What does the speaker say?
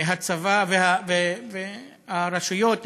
הצבא והרשויות,